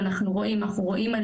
ואנחנו רואים עלייה,